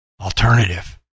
alternative